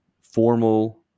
formal